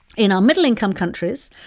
in our middle-income countries,